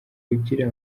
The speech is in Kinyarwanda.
kugira